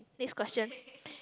next question